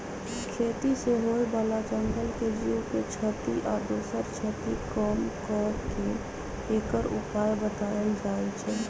खेती से होय बला जंगल के जीव के क्षति आ दोसर क्षति कम क के एकर उपाय् बतायल जाइ छै